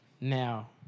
Now